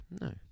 no